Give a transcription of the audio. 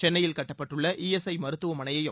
சென்னையில் கட்டப்பட்டுள்ள E S I மருத்துவமனையயும்